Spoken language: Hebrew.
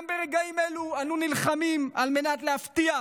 גם ברגעים אלו אנו נלחמים על מנת להבטיח